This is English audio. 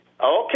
Okay